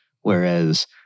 whereas